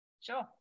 Sure